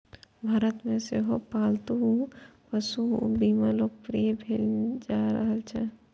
भारत मे सेहो पालतू पशु बीमा लोकप्रिय भेल जा रहल छै